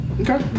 Okay